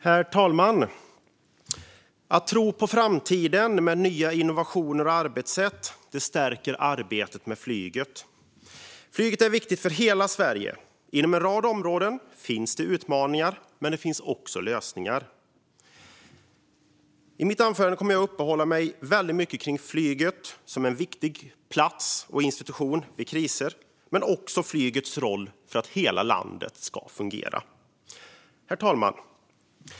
Herr talman! Att tro på framtiden med nya innovationer och arbetssätt stärker arbetet med flyget. Flyget är viktigt för hela Sverige. Inom en rad områden finns det utmaningar, men det finns också lösningar. I mitt anförande kommer jag att uppehålla mig mycket vid flyget som en viktig plats och institution vid kriser, men också flygets roll för att hela landet ska fungera. Herr talman!